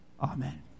amen